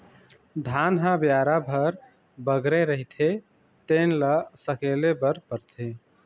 धान ह बियारा भर बगरे रहिथे तेन ल सकेले बर परथे